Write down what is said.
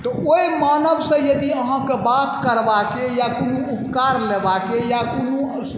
तऽ ओहि मानवसँ यदि अहाँके बात करबाके या कोनो उपकार लेबाके या कोनो